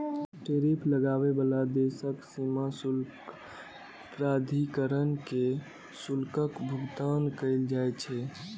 tariff लगाबै बला देशक सीमा शुल्क प्राधिकरण कें शुल्कक भुगतान कैल जाइ छै